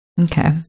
Okay